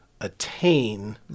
attain